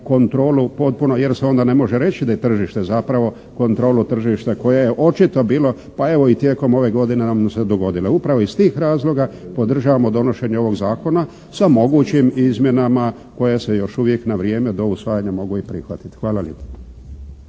kontrolu potpuno jer se onda ne može reći da je tržište zapravo, kontrolu tržišta koja je očito bilo, pa evo i tijekom ove godine naravno se dogodilo. Upravo iz tih razloga podržavamo donošenje ovog zakona, sa mogućim izmjenama koje se još uvijek na vrijeme do usvajanja mogu i prihvatiti. Hvala lijepo.